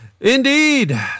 Indeed